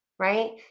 right